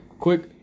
Quick